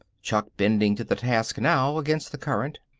chuck bending to the task now against the current.